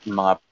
mga